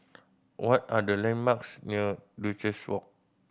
what are the landmarks near Duchess Walk